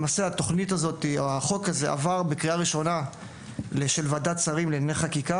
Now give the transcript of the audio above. למעשה התכנית הזאת או החוק הזה עבר אישור של ועדת שרים לענייני חקיקה.